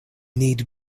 need